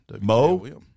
Mo